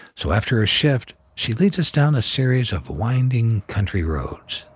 so after her shift, she leads us down a series of winding country roads.